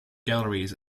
galleries